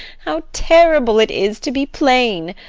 how terrible it is to be plain!